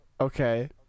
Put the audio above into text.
okay